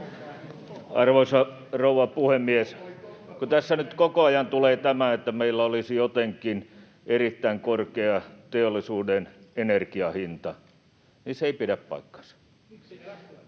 Arvoisa rouva puhemies! Kun tässä nyt koko ajan tulee tämä, että meillä olisi jotenkin erittäin korkea teollisuuden energiahinta, niin se ei pidä paikkaansa.